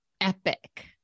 epic